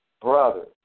brother